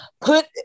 put